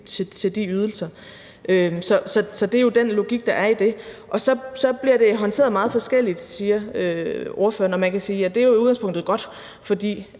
til de ydelser. Så det er jo den logik, der er i det. Det bliver håndteret meget forskelligt, siger ordføreren, og man kan sige, at det jo i udgangspunktet er godt, for